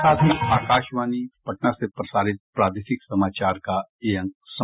इसके साथ ही आकाशवाणी पटना से प्रसारित प्रादेशिक समाचार का ये अंक समाप्त हुआ